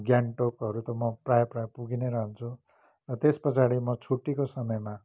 गान्तोकहरू त म प्रायः प्रायः पुगी नै रहन्छु र त्यसपछाडि म छुट्टीको समयमा